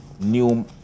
new